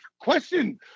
question